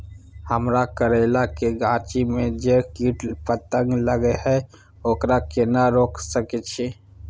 हमरा करैला के गाछी में जै कीट पतंग लगे हैं ओकरा केना रोक सके छी?